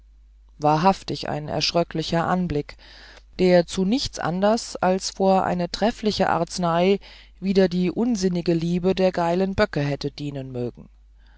wahrhaftig ein erschröcklicher anblick der zu nichts andern als vor eine treffliche arznei wider die unsinnige liebe der geilen böcke hätte dienen mögen